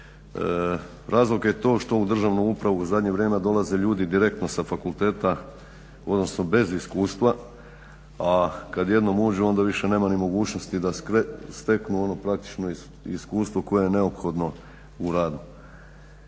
Razlog je to što u državnu upravu u zadnje vrijeme dolaze ljudi direktno sa fakulteta, odnosno bez iskustva a kad jednom uđu onda više nema ni mogućnosti da steknu ono praktično iskustvo koje je neophodno u radu.